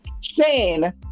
Shane